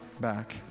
back